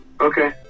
okay